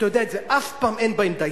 אתה יודע את זה, אף פעם אין בהם די.